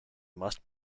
must